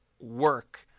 work